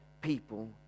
people